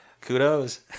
kudos